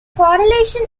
correlation